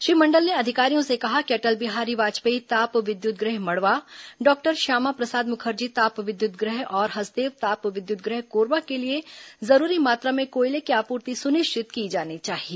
श्री मण्डल ने अधिकारियों से कहा कि अटल बिहारी वाजपेयी ताप विद्युत गृह मड़वा डॉक्टर श्यामा प्रसाद मुखर्जी ताप विद्युत गृह और हसदेव ताप विद्युत गृह कोरबा के लिए जरूरी मात्रा में कोयले की आपूर्ति सुनिश्चित की जानी चाहिए